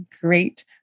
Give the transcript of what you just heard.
great